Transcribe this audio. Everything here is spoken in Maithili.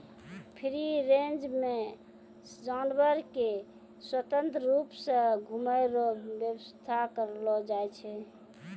फ्री रेंज मे जानवर के स्वतंत्र रुप से घुमै रो व्याबस्था करलो जाय छै